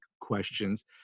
questions